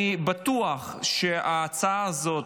אני בטוח שההצעה הזאת,